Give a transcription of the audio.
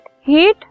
heat